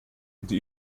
die